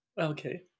okay